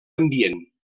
ambient